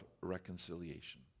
reconciliation